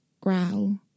growl